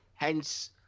Hence